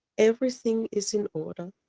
everything is in order.